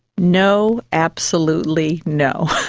no, absolutely no.